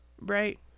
Right